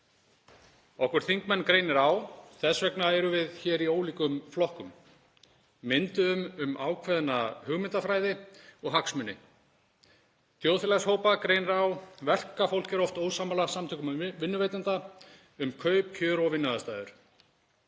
Okkur þingmenn greinir á. Þess vegna erum við hér í ólíkum flokkum, mynduðum um ákveðna hugmyndafræði og hagsmuni. Þjóðfélagshópa greinir á. Verkafólk er oft ósammála samtökum vinnuveitenda um kaup, kjör og vinnuaðstæður.